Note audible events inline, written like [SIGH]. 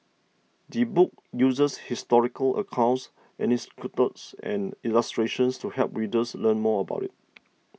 the book uses historical accounts [UNINTELLIGIBLE] and illustrations to help readers learn more about it